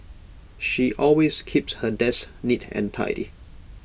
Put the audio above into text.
she always keeps her desk neat and tidy